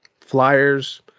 flyers